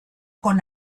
con